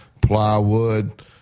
plywood